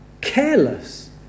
careless